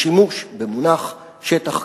השימוש במונח "שטח כבוש"